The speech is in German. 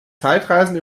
zeitreisen